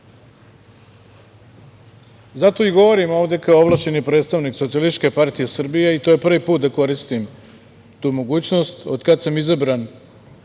i govorim ovde kao ovlašćeni predstavnik Socijalističke partije Srbije i to je prvi put da koristim tu mogućnost